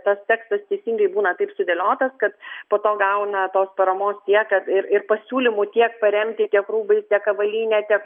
tas tekstas teisingai būna taip sudėliotas kad po to gauna tos paramos tiek kad ir ir pasiūlymų tiek paremti tiek rūbais tiek avalyne tiek